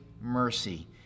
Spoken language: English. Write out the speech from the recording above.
mercy